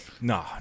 No